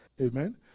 Amen